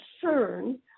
concern